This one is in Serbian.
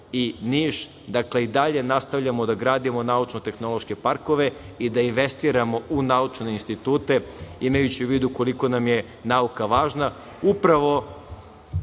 i Niš. Dakle, i dalje nastavljamo da gradimo naučno-tehnološke parkove i da investiramo u naučne institute, imajući u vidu koliko nam je nauka važna. Upravo